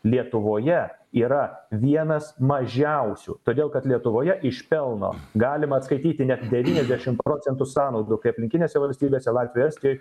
lietuvoje yra vienas mažiausių todėl kad lietuvoje iš pelno galima atskaityti net devyniasdešim procentų sąnaudų kai aplinkinėse valstybėse latvijoj estijoj